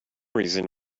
reason